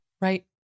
Right